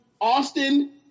Austin